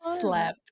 slept